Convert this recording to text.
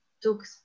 took